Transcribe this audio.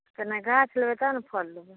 पहिने गाछ लेबै तहन ने फल लेबै